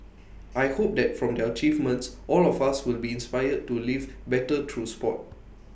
I hope that from their achievements all of us will be inspired to live better through Sport